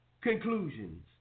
conclusions